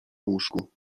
łóżku